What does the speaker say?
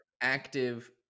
active